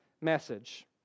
message